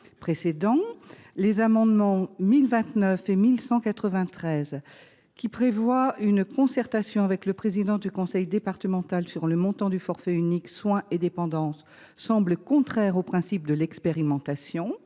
précédents. Les amendements identiques n 1029 et 1193, qui prévoient une concertation avec le président du conseil départemental sur le montant du forfait unique pour les soins et la dépendance, semblent contraires au principe de l’expérimentation